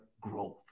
growth